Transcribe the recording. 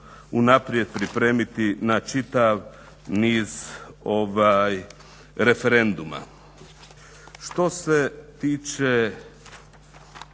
unaprijed pripremiti na čitav niz referenduma. Što se tiče